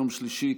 יום שלישי,